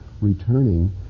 returning